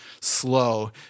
slow